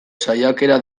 saiakera